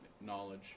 knowledge